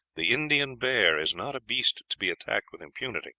the indian bear is not a beast to be attacked with impunity